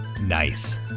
Nice